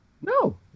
no